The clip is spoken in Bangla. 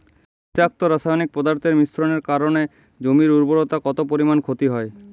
বিষাক্ত রাসায়নিক পদার্থের মিশ্রণের কারণে জমির উর্বরতা কত পরিমাণ ক্ষতি হয়?